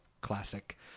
classic